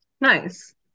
Nice